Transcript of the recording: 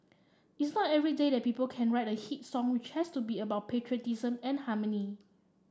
it's not every day that people can write a hit song which has to be about patriotism and harmony